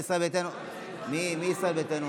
פה.